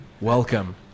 Welcome